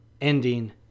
ending